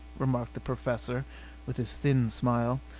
remarked the professor with his thin smile.